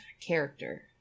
character